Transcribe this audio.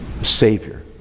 Savior